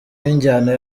w’injyana